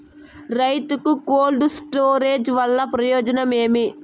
రైతుకు cold storage వల్ల ప్రయోజనం ఏమి?